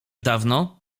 dawno